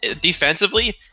defensively